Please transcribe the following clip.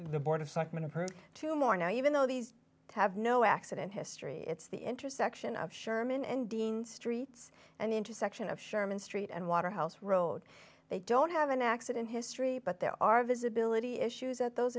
the board of selectmen appears to more now even though these have no accident history it's the intersection of sherman and dean streets and the intersection of sherman street and waterhouse road they don't have an accident history but there are visibility issues at those